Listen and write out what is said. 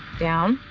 down.